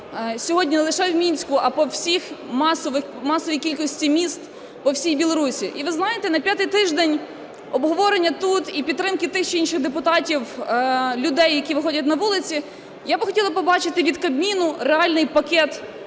сьогодні не лише в Мінську, а по всій масовій кількості міст по всій Білорусі. І ви знаєте, на п'ятий тиждень обговорення тут і підтримки тими чи іншими депутатами людей, які виходять на вулиці, я би хотіла побачити від Кабміну реальний пакет